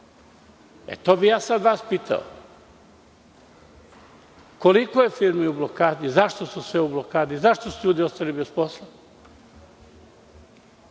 To bih ja sada vas pitao. Koliko je firmi u blokadi? Zašto su sve u blokadi? Zašto su ljudi ostali bez posla?